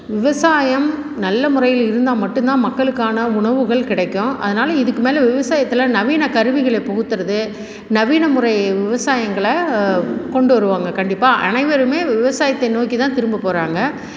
விவசாயம் நல்ல முறையில் இருந்தால் மட்டுந்தான் மக்களுக்கான உணவுகள் கிடைக்கும் அதனால் இதுக்கு மேலே விவசாயத்தில் நவீன கருவிகள புகுத்துகிறது நவீன முறை விவசாயங்களை கொண்டு வருவாங்க கண்டிப்பாக அனைவருமே விவசாயத்தை நோக்கிதான் திரும்பப்போகிறாங்க